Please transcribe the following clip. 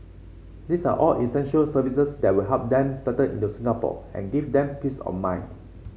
these are all essential services that will help them settle into Singapore and give them peace of mind